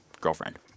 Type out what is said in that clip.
girlfriend